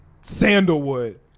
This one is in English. sandalwood